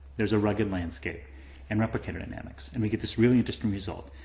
there's a rugged landscape in replicator dynamics. and we get this really interesting result.